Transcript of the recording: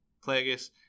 Plagueis